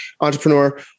Entrepreneur